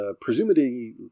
presumably